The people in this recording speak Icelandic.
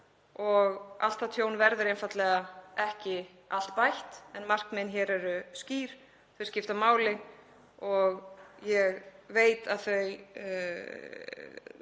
Allt það tjón verður einfaldlega ekki allt bætt. En markmiðin eru skýr, þau skipta máli og ég veit að